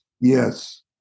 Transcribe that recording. Yes